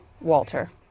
Walter